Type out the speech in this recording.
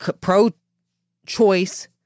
Pro-choice